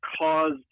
caused